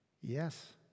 Yes